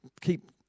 keep